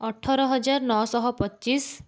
ଅଠର ହଜାର ନଅ ଶହ ପଚିଶ